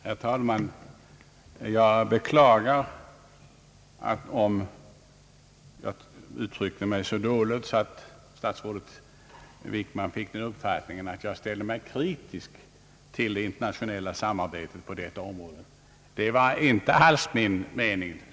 Herr talman! Jag beklagar om jag uttryckte mig så dåligt, att statsrådet Wickman fick uppfattningen att jag ställde mig kritisk till det internationella samarbetet på detta område. Det var inte alls min mening!